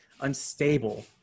unstable